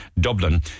Dublin